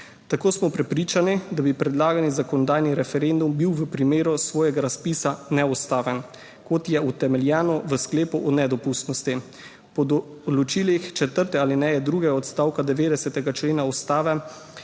Tako smo prepričani, da bi predlagani zakonodajni referendum bil v primeru razpisa neustaven, kot je utemeljeno v sklepu o nedopustnosti. Po določilih četrte alineje drugega odstavka 90. člena Ustave